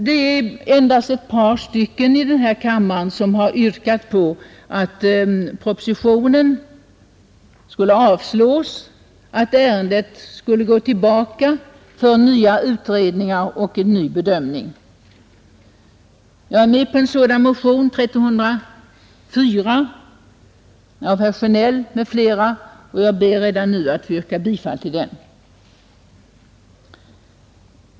Det är endast ett par av talarna i kammaren som har yrkat på att propositionen skulle avslås och att ärendet skulle gå tillbaka för nya utredningar och en ny bedömning. Jag är med på en motion med sådant yrkande, motionen 1304 av herr Sjönell m.fl., och jag ber redan nu att få yrka bifall till den.